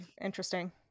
Interesting